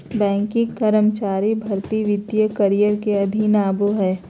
banking कर्मचारी भर्ती वित्तीय करियर के अधीन आबो हय